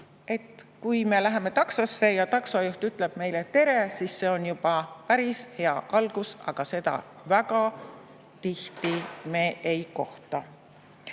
et kui me läheme taksosse ja taksojuht ütleb meile tere, siis see on juba päris hea algus, aga seda väga tihti me ei kohta.